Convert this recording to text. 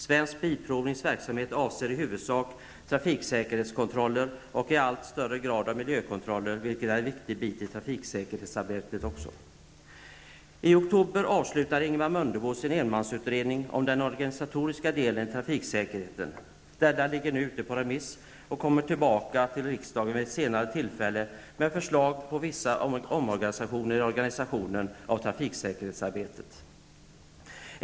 Svensk Bilprovnings verksamhet avser i huvudsak trafiksäkerhetskontroller och, vilket blir fallet i allt högre grad, miljökontroller som också utgör en viktig del av trafiksäkerhetsarbetet. I oktober avslutade Ingemar Mundebo sin enmansutredning om den organisatoriska delen av trafiksäkerheten. Betänkandet från denna utredning är nu ute på remiss, och detta kommer tillbaka till riksdagen vid ett senare tillfälle och då med förslag till viss omdisponering av organisationen beträffande trafiksäkerhetsarbetet.